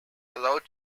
allowed